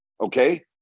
okay